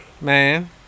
Man